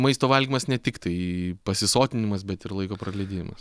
maisto valgymas ne tik tai pasisotinimas bet ir laiko praleidimas